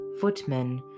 footmen